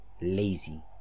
Lazy